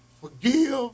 forgive